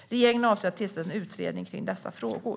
Regeringen avser att tillsätta en utredning om dessa frågor.